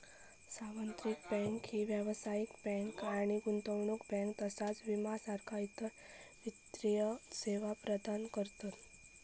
सार्वत्रिक बँक ही व्यावसायिक बँक आणि गुंतवणूक बँक तसाच विमा सारखा इतर वित्तीय सेवा प्रदान करतत